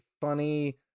funny